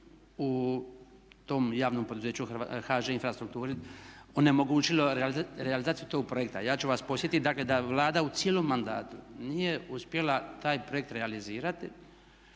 u tom javnom poduzeću HŽ Infrastrukturi onemogućilo realizaciju tog projekta. Ja ću vas podsjetiti, dakle da Vlada u cijelom mandatu nije uspjela taj projekt realizirati